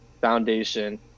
foundation